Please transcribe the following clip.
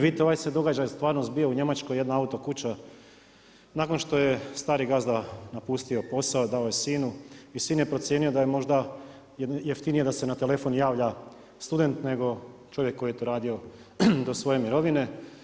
Vidite ovaj se događaj stvarno zbio u Njemačkoj, jedna auto kuća, nakon što je stari gazda napustio posao, i dao je sinu i sin je procijenio da je možda jeftinije da se na telefon javlja student nego čovjek koji je to radio do svoje mirovine.